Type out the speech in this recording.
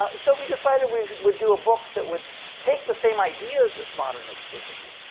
ah so we decided we would do a book that would take the same ideas as modernist cuisine,